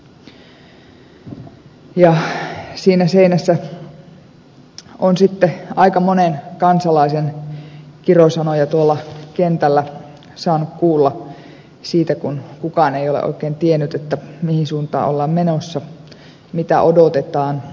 siinä seinässä on sitten aika monen kansalaisen kirosanoja tuolla kentällä saanut kuulla siitä kun kukaan ei ole oikein tiennyt mihin suuntaan ollaan menossa mitä odotetaan